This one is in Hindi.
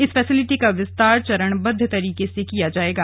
इस फैसिलिटी का विस्तार चरणबद्ध तरीके से किया जायेगा